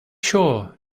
sure